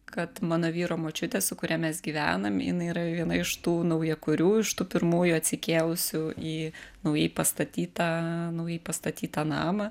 kad mano vyro močiutė su kuria mes gyvenam jinai yra viena iš tų naujakurių iš tų pirmųjų atsikėlusių į naujai pastatytą naujai pastatytą namą